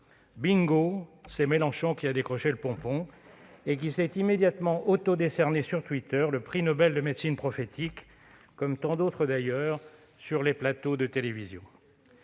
Bingo ! C'est Mélenchon qui a décroché le pompon et qui s'est immédiatement auto-décerné sur Twitter le prix Nobel de médecine prophétique, comme tant d'autres, d'ailleurs, sur les plateaux de télévision.